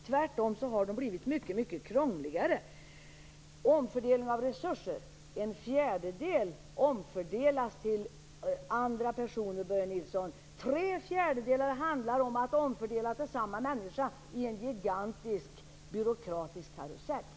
Tvärtom har de blivit mycket krångligare. När det gäller omfördelning av resurser omfördelas en fjärdedel till andra personer, Börje Nilsson. Tre fjärdedelar omfördelas till samma människa i en gigantisk byråkratisk karusell.